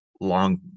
long